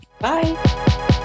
Bye